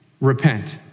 Repent